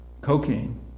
cocaine